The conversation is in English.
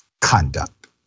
conduct